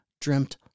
dreamt